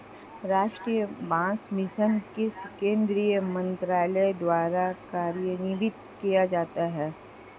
राष्ट्रीय बांस मिशन किस केंद्रीय मंत्रालय द्वारा कार्यान्वित किया जाता है?